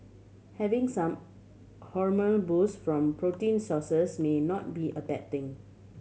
having some hormonal boost from protein sources may not be a bad thing